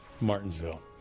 Martinsville